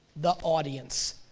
the audience,